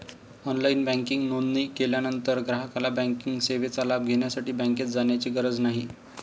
online banking नोंदणी केल्यानंतर ग्राहकाला बँकिंग सेवेचा लाभ घेण्यासाठी बँकेत जाण्याची गरज नाही